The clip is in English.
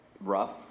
rough